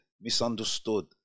misunderstood